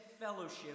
Fellowship